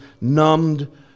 numbed